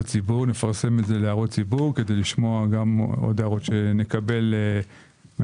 נפרסם את זה להערות ציבור כדי לשמוע גם הודעות שנקבל מהתעשייה,